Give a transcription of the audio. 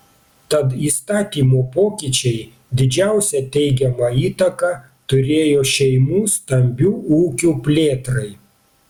tad įstatymo pokyčiai didžiausią teigiamą įtaką turėjo šeimų stambių ūkių plėtrai